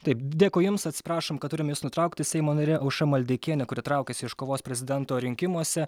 taip dėkui jums atsiprašom kad turime jus nutraukti seimo narė aušra maldeikienė kuri traukiasi iš kovos prezidento rinkimuose